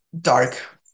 dark